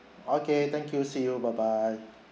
okay thank you see you bye bye